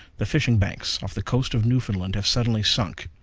the fishing banks off the coast of newfoundland have suddenly sunk.